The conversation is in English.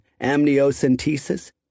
amniocentesis